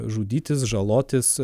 žudytis žalotis